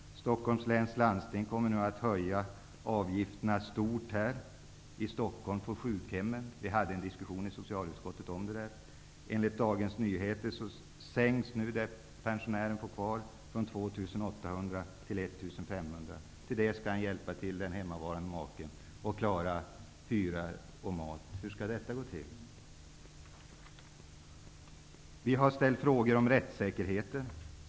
Stockholms läns landsting kommer nu att höja avgifterna stort på sjukhemmen i Stockholm. Vi hade en diskussion i socialutskottet om detta. Enligt Dagens Nyheter sänks nu det som pensionärerna får kvar från 2 800 kr till 1 500 kr. På detta skall pensionären klara hyra och mat och skall dessutom hjälpa den hemmavarande maken. Hur skall detta gå till? Vi har ställt frågor om rättssäkerheten.